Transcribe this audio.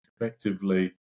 effectively